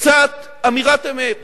לקצת אמירת אמת